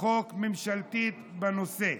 חוק ממשלתית בנושא.